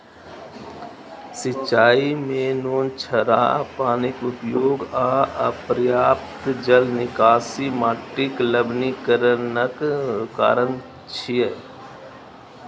सिंचाइ मे नोनछराह पानिक उपयोग आ अपर्याप्त जल निकासी माटिक लवणीकरणक कारण छियै